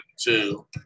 two